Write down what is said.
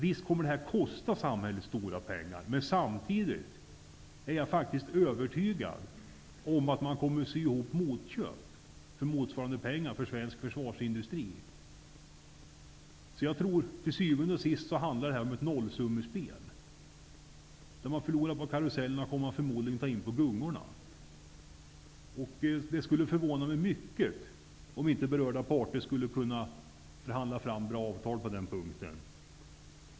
Visst kommer den att kosta samhället stora pengar, men samtidigt är jag övertygad om att man kommer att sy ihop motköp för motsvarande belopp för svensk försvarsindustri. Jag tror att det till syvende og sist handlar om ett nollsummespel. Det man förlorar på karusellen tar man förmodligen in på gungorna. Det skulle förvåna mig mycket, om inte berörda parter skulle kunna förhandla fram bra avtal på denna punkt.